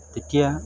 তেতিয়া